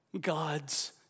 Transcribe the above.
God's